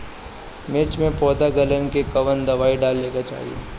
मिर्च मे पौध गलन के कवन दवाई डाले के चाही?